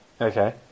Okay